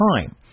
time